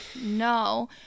no